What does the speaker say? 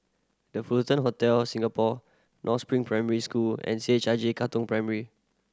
The Fullerton Hotel Singapore North Spring Primary School and C H I J Katong Primary